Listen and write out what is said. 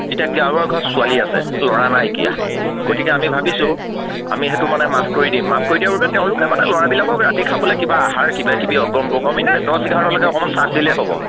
এতিয়া কাৰোবাৰ ঘৰত ছোৱালী আছে ল'ৰা নাইকীয়া গতিকে আমি ভাবিছোঁ আমি সেইটো মানে মাফ কৰি দিম মাফ কৰি দিয়াৰ বাবে তেওঁলোকে মানে ল'ৰাবিলাকক ৰাতি খাবলে কিবা আহাৰ কিবাকিবি অগম বগম এনে দছ ইঘাৰলেকে অকণমান চাথ দিলেই হ'ব